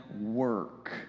work